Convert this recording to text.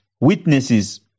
witnesses